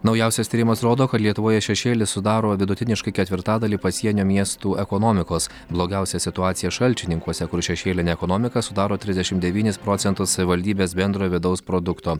naujausias tyrimas rodo kad lietuvoje šešėlis sudaro vidutiniškai ketvirtadalį pasienio miestų ekonomikos blogiausia situacija šalčininkuose kur šešėlinė ekonomika sudaro trisdešimt devynis procentus savivaldybės bendrojo vidaus produkto